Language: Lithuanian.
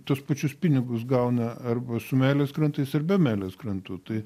tuos pačius pinigus gauna arba su meilės krantais ar be meilės krantų tai